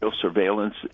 surveillance